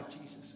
Jesus